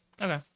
Okay